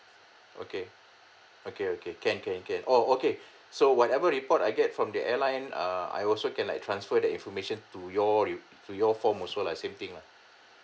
okay okay okay can can can oh okay so whatever report I get from the airline uh I also can like transfer that information to your re~ to your form also lah same thing lah